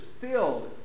filled